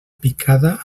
picada